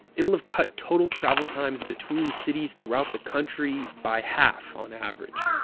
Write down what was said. it will have cut total travel times between cities throughout the country, by half, on average.